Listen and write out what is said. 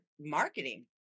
marketing